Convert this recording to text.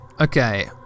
Okay